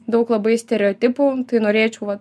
daug labai stereotipų tai norėčiau vat